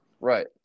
Right